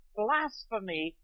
blasphemy